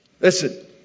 Listen